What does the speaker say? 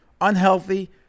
unhealthy